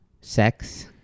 sex